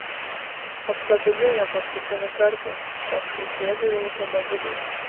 apkabinu ją paskutinį kartą paskui sėdu į automobilį